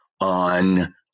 on